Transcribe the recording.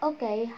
Okay